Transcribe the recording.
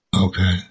Okay